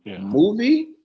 Movie